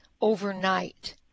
overnight